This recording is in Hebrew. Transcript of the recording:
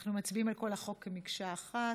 אנחנו מצביעים על כל החוק כמקשה אחת.